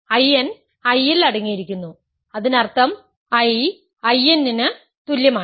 In I ൽ അടങ്ങിയിരിക്കുന്നു അതിനർത്ഥം I In ന് തുല്യമാണ്